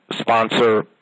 sponsor